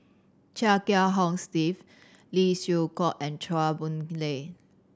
Chia Kiah Hong Steve Lee Siew Choh and Chua Boon Lay